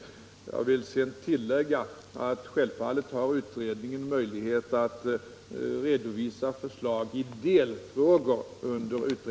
Jag vill tillägga att utredningen självfallet har möjlighet att under utredningsarbetets gång redovisa förslag i delfrågor.